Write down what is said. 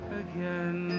again